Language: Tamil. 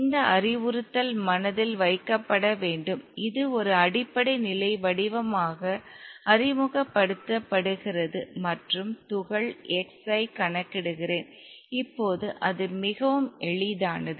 இந்த அறிவுறுத்தல் மனதில் வைக்கப்பட வேண்டும் இது ஒரு அடிப்படை நிலை வடிவமாக அறிமுகப்படுத்தப்படுகிறது மற்றும் துகள் x ஐ கணக்கிடுகிறேன் இப்போது அது மிகவும் எளிதானது